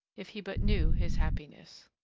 if he but knew his happiness!